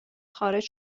خارج